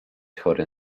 chory